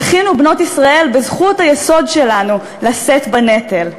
זכינו, בנות ישראל, בזכות היסוד שלנו לשאת בנטל.